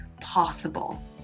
possible